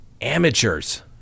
amateurs